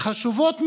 הן חשובות מאוד,